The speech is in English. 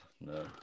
no